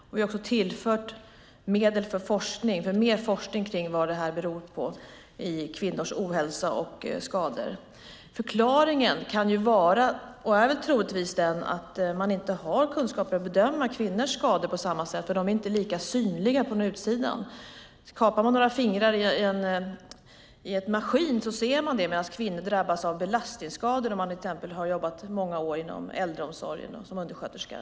Vi har också tillfört medel för mer forskning kring vad detta som gäller kvinnors ohälsa och skador beror på. Förklaringen kan vara och är troligtvis att man inte har kunskaper för att kunna bedöma kvinnors skador på samma sätt eftersom de inte är lika synliga från utsidan. Kapar man några fingrar i en maskin syns det, medan kvinnor drabbas av belastningsskador om de exempelvis har jobbat många år inom äldreomsorgen som undersköterska.